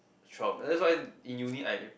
that's why in uni I